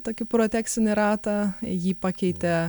tokį protekcinį ratą jį pakeitė